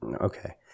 Okay